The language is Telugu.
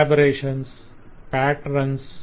collaborations patterns